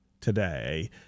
today